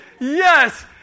Yes